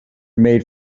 made